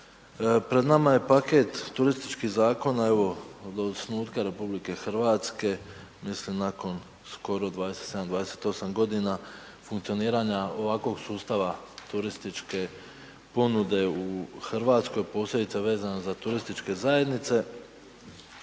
Pred nama je paket turističkih zakona, evo od osnutka RH mislim nakon skoro nakon 27, 28 g. funkcioniranja ovakvog sustava turističke ponude u Hrvatskoj, posebice vezano za turističke zajednice,